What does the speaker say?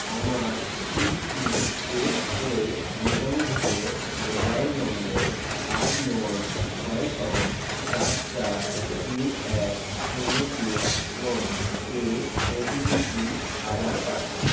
আমার ইপিএফও নিবন্ধিত মোবাইল নম্বর আট নয় ছয় পাঁচ চার চার তিন এক শূন্য তিন নয় এ ওটিপিটি আবার পাঠান